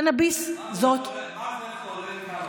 מה זה חולה קנביס?